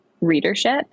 readership